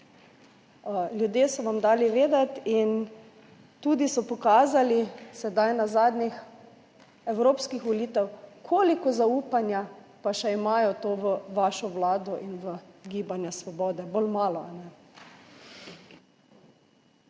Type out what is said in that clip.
ljudje so vam dali vedeti in tudi so pokazali sedaj na zadnjih evropskih volitvah, koliko zaupanja pa še imajo to v vašo vlado in v Gibanje Svobode. Bolj malo, ali